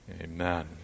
Amen